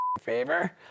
favor